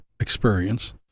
experience